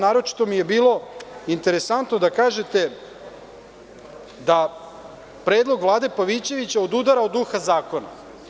Naročito mi je bilo interesantno da kažete da predlog Pavićevića odudara od duha zakona.